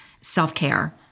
self-care